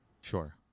Sure